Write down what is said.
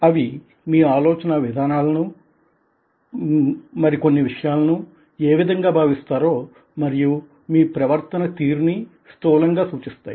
అవి మీ ఆలోచనా విధానాలను మీరు కొన్ని విషయాలను ఏ విధంగా భావిస్తారో మరియు మీ ప్రవర్తన తీరు ని స్థూలంగా సూచిస్తాయి